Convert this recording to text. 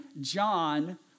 John